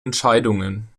entscheidungen